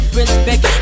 respect